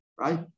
right